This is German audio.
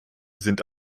sind